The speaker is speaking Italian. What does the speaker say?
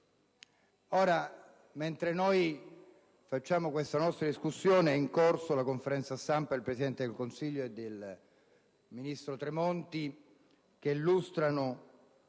Ora, mentre svolgiamo questa discussione, è in corso la conferenza stampa del Presidente del Consiglio e del ministro Tremonti per illustrare